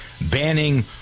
banning